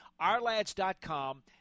OurLads.com